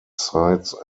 sides